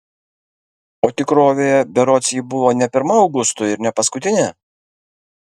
o tikrovėje berods ji buvo ne pirma augustui ir ne paskutinė